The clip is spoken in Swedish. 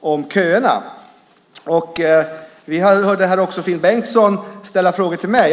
om köer. Vi hörde också Finn Bengtsson ställa frågor till mig.